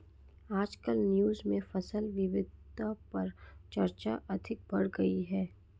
आजकल न्यूज़ में फसल विविधता पर चर्चा अधिक बढ़ गयी है